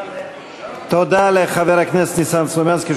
תודה לחבר הכנסת ניסן סלומינסקי,